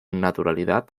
naturalidad